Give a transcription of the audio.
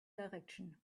direction